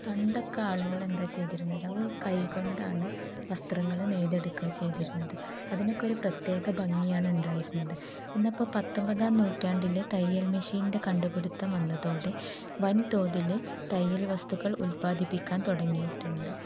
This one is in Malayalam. പണ്ടൊക്കെ ആളുകൾ എന്താ ചെയ്തിരുന്നത് അവർ കൈ കൊണ്ടാണു വസ്ത്രങ്ങള് നെയ്തെടുക്കുകയാണു ചെയ്തിരുന്നത് അതിനൊക്കെ ഒരു പ്രത്യേക ഭംഗിയാണ് ഉണ്ടായിരുന്നത് എന്നപ്പോള് പത്തൊമ്പതാം നൂറ്റാണ്ടില് തയ്യൽ മെഷീൻ്റെ കണ്ടുപിടുത്തം വന്നതോടെ വൻ തോതില് തയ്യൽ വസ്തുക്കൾ ഉൽപാദിപ്പിക്കാൻ തുടങ്ങിയിട്ടുണ്ട്